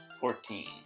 Fourteen